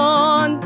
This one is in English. on